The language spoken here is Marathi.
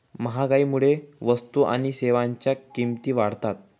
महागाईमुळे वस्तू आणि सेवांच्या किमती वाढतात